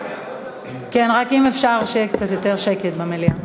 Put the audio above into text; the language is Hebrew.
רק אם אפשר, שיהיה קצת יותר שקט במליאה.